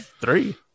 three